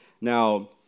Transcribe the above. Now